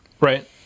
Right